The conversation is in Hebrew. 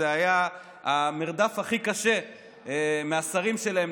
זה היה המרדף הכי קשה אחרי השרים שלהם,